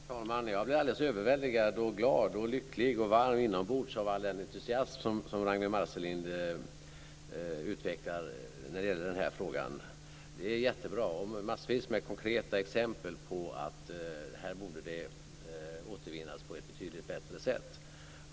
Herr talman! Jag blir alldeles överväldigad, glad, lycklig och varm inombords av all den entusiasm som Ragnwi Marcelind utvecklar när det gäller den här frågan. Det är jättebra. Det är massvis med konkreta exempel på att det borde återvinnas på ett betydligt bättre sätt.